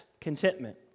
contentment